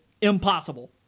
impossible